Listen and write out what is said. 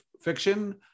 fiction